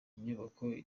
inyubako